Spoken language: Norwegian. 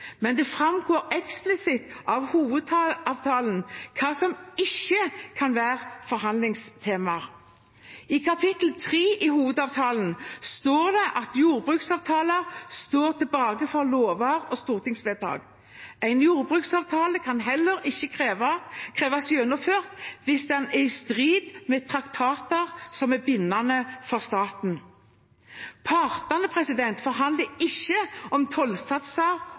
men det framgår eksplisitt av hovedavtalen hva som ikke kan være forhandlingstema. I kapittel 3 i hovedavtalen står det: «Jordbruksavtaler står tilbake for lover og stortingsvedtak, og kan heller ikke kreves gjennomført i strid med traktater som er bindende for staten.» Partene forhandler ikke om tollsatser